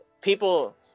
People